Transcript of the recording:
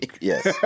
Yes